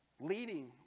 leading